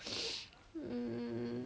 mm